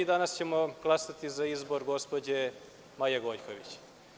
Danas ćemo glasati za izbor gospođe Maje Gojković.